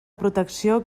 protecció